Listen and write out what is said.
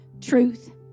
truth